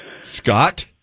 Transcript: Scott